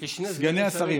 יש שני סגני שרים.